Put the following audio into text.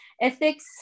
ethics